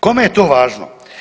Kome je to važno?